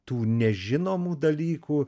tų nežinomų dalykų